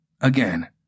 Again